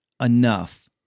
enough